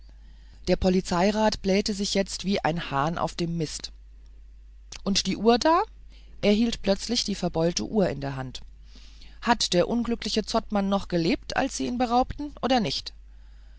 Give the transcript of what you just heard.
der polizeirat blähte sich jetzt wie der hahn auf dem mist und die uhr da er hielt plötzlich die verbeulte uhr in der hand hat der unglückliche zottmann noch gelebt als sie ihn beraubten oder nicht